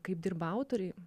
kaip dirba autoriai